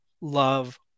love